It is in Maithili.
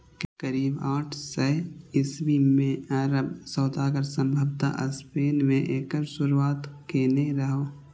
करीब आठ सय ईस्वी मे अरब सौदागर संभवतः स्पेन मे एकर शुरुआत केने रहै